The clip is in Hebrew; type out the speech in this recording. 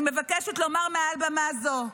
אני מבקשת לומר מעל במה זו,